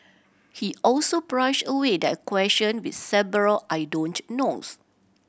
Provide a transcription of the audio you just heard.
he also brushed away their question with several I don't knows